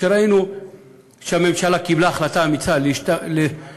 כשראינו שהממשלה קיבלה החלטה אמיצה להיאבק